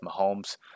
Mahomes